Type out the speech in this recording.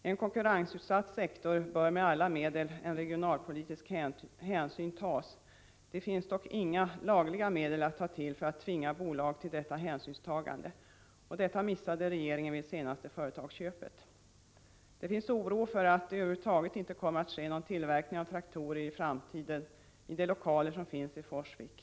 I en konkurrensutsatt sektor bör med alla medel tas en regionalpolitisk hänsyn. Det finns dock inga lagliga medel att ta — Prot. 1985/86:69 till för att tvinga bolag till detta hänsynstagande, och detta missade 4 februari 1986 regeringen vid det senaste företagsköpet. Det råder oro för att det i framtiden över huvud taget inte kommer att ske Ne någon tillverkning av traktorer i de lokaler som finns i Forsvik.